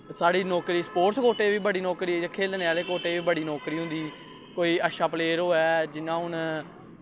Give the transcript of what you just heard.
साढ़ी नौकरी स्पोटस कोटे च बी बड़ी नौकरी ऐ जे खेलने आह्ले कोटे च बी बड़ी नौकरी होंदी कोई अच्छा प्लेयर होऐ जि'यां हून